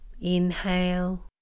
Inhale